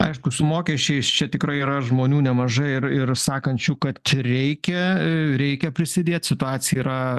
aišku su mokesčiais čia tikrai yra žmonių nemažai ir ir sakančių kad reikia reikia prisidėt situacija yra